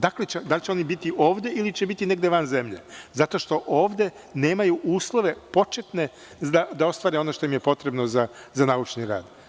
Da li će oni biti ovde ili će biti negde van zemlje, zato što ovde nemaju uslove početne da ostvare ono što im je potrebno za naučni rad.